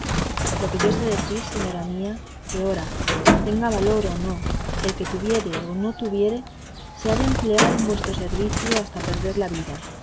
lo que yo sé decir señora mía que ora tenga valor o no el que tuviere o no tuviere se ha de emplear en vuestro servicio hasta perder la vida